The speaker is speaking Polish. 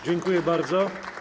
Dziękuję bardzo.